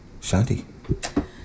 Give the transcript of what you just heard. Shanti